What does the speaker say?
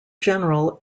general